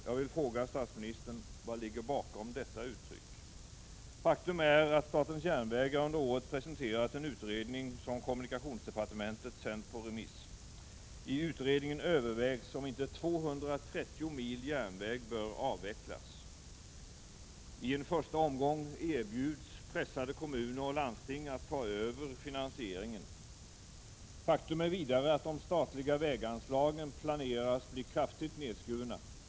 Jag vill fråga statsministern: Vad ligger bakom detta uttryck? Faktum är att statens järnvägar under året presenterat en utredning som kommunikationsdepartementet sänt på remiss. I utredningen övervägs om inte 230 mil järnväg bör avvecklas. I en första omgång erbjuds pressade kommuner och landsting att ta över finansieringen. Faktum är vidare att de statliga väganslagen planeras bli kraftigt nedskurna.